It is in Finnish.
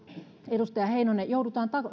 edustaja heinonen